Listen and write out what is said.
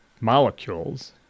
molecules